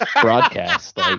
broadcast